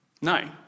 No